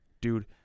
dude